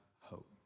hope